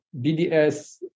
BDS